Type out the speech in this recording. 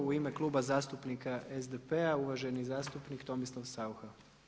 U ime Kluba zastupnika SDP-a uvaženi zastupnik Tomislav Saucha.